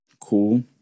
Cool